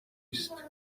است